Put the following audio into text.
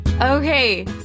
Okay